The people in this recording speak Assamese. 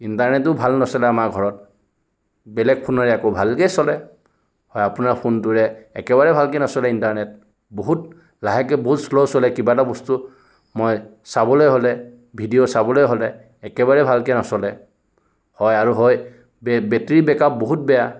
ইণ্টাৰনেটো ভাল নচলে আমাৰ ঘৰত বেলেগ ফোনেৰে আকৌ ভালকৈ চলে হয় আপোনাৰ ফোনটোৰে একেবাৰে ভালকৈ নচলে ইণ্টাৰনেট বহুত লাহেকৈ বহুত শ্ল' চলে কিবা এটা বস্তু মই চাবলৈ হ'লে ভিডিঅ' চাবলৈ হ'লে একেবাৰেই ভালকৈ নচলে হয় আৰু হয় বেটাৰী বেক আপ বহুত বেয়া